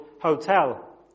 hotel